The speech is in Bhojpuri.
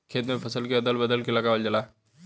खेत में फसल के अदल बदल के लगावल जाला